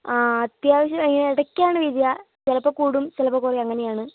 അ അത്യാവശ്യം ആയി ഇടയ്ക്കാണ് വരിക ചിലപ്പോൾ കൂടും ചിലപ്പോൾ കുറയും അങ്ങനെ ആണ്